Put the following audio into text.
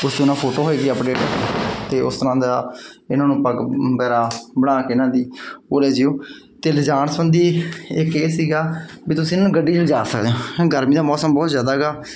ਉਸਦੀ ਨਾਲ ਫੋਟੋ ਹੋਏਗੀ ਅਪਡੇਟ ਅਤੇ ਉਸ ਤਰ੍ਹਾਂ ਦਾ ਇਹਨਾਂ ਨੂੰ ਬਣਾ ਕੇ ਇਹਨਾਂ ਦੀ ਉਹ ਲੈ ਜਿਓ ਅਤੇ ਲਿਜਾਣ ਸੰਬੰਧੀ ਇੱਕ ਇਹ ਸੀਗਾ ਵੀ ਤੁਸੀਂ ਇਹਨਾਂ ਨੂੰ ਗੱਡੀ 'ਚ ਲਿਜਾ ਸਕਦੇ ਹੋ ਗਰਮੀ ਦਾ ਮੌਸਮ ਬਹੁਤ ਜ਼ਿਆਦਾ ਹੈਗਾ